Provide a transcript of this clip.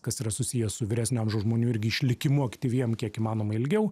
kas yra susiję su vyresnio žmonių irgi išlikimu aktyviem kiek įmanoma ilgiau